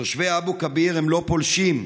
תושבי אבו כביר אינם פולשים,